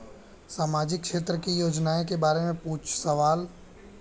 सामाजिक क्षेत्र की योजनाए के बारे में पूछ सवाल?